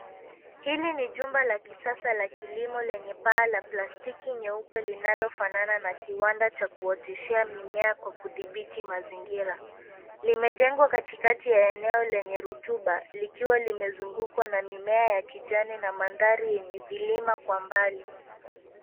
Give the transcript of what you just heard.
Hili ni jumba la kisasa la kilimo lenye paa la plastiki nyeupe linalofanana na kiwanda cha kuoteshea mimea kwa kudhibiti mazingira. Limejengwa katikati ya eneo lenye rutuba likiwa limezungukwa na mimea ya kijani na mandhari yenye vilima kwa mbali.